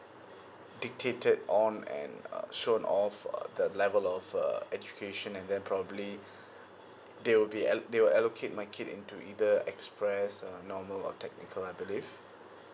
dictated on and um shown of uh the level of uh education and then probably they will be alloc~ they will allocate my kid into either express uh normal or technical